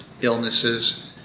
illnesses